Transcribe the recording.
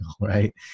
Right